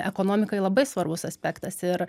ekonomikai labai svarbus aspektas ir